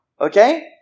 okay